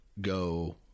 go